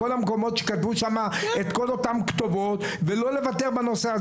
בכל המקומות שכתבו שם את כל אותן כתובות ולא לוותר בנושא הזה.